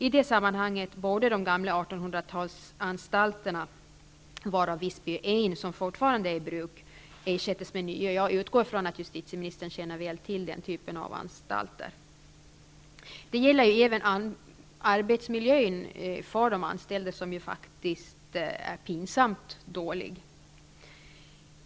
I det sammanhanget borde de gamla 1800-talsanstalterna, varav den i Visby är en som fortfarande är i bruk, ersättas med nya. Jag utgår från att justitieministern väl känner till den typen av anstalter. Det gäller även arbetsmiljön för de anställda, som ju faktiskt är pinsamt dålig.